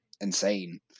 insane